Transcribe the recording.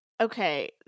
Okay